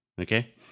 Okay